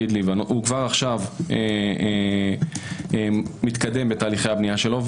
הוא כבר עכשיו מתקדם בתהליכי הבנייה שלו.